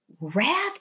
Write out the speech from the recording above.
Wrath